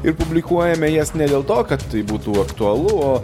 ir publikuojame jas ne dėl to kad tai būtų aktualu o